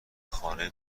خانه